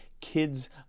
Kids